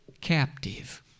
captive